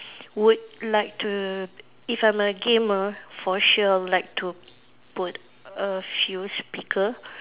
would like to if I'm a gamer for sure I would like to put a few speaker